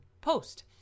post